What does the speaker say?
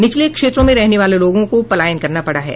निचले क्षेत्रों में रहने वाले लोगों को पलायन करना पड़ा है